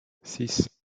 six